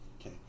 okay